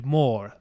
more